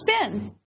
SPIN